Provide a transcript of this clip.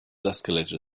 escalator